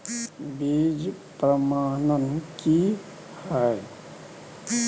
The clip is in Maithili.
बीज प्रमाणन की हैय?